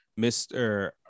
mr